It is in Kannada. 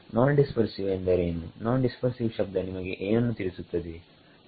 ನಾನ್ ಡಿಸ್ಪರ್ಸಿವ್ ಎಂದರೇನುನಾನ್ ಡಿಸ್ಪರ್ಸಿವ್ ಶಬ್ದ ನಿಮಗೆ ಏನನ್ನು ತಿಳಿಸುತ್ತದೆ